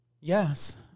Yes